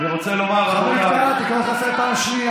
אביר קארה, אני קורא אותך לסדר בפעם השנייה.